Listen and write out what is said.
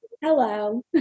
Hello